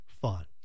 fun